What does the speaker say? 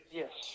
yes